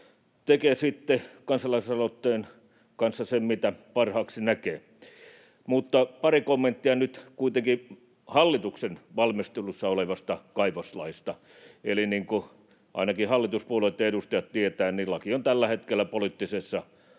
tekee sitten kansalais-aloitteen kanssa sen, mitä parhaaksi näkee. Pari kommenttia nyt kuitenkin hallituksen valmistelussa olevasta kaivoslaista: Eli niin kuin ainakin hallituspuolueitten edustajat tietävät, laki on tällä hetkellä poliittisessa